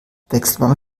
wechselwarme